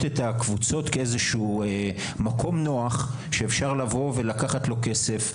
את הקבוצות כאיזה מקום נוח שאפשר לקחת ממנו כסף,